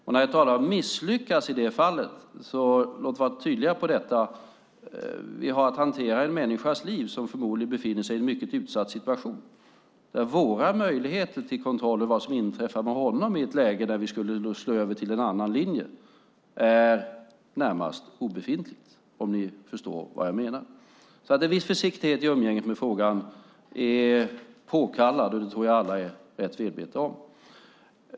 Och när jag talar om misslyckas i det fallet vill jag vara tydlig med att vi har att hantera en människas liv som förmodligen befinner sig i en mycket utsatt situation. Våra möjligheter till kontroll över vad som skulle inträffa med honom i ett läge där vi skulle slå över till en annan linje är närmast obefintliga, om ni förstår vad jag menar. Så en viss försiktighet i umgänget med frågan är påkallad, och det tror jag att alla är rätt medvetna om.